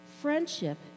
friendship